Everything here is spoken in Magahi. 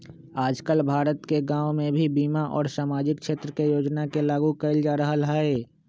आजकल भारत के गांव में भी बीमा और सामाजिक क्षेत्र के योजना के लागू कइल जा रहल हई